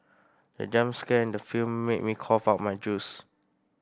the jump scare in the film made me cough out my juice